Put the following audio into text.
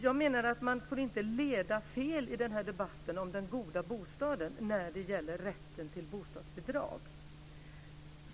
Jag menar alltså att man inte får leda fel i debatten om den goda bostaden när det gäller rätten till bostadsbidrag.